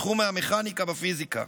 תחום המכניקה בפיזיקה.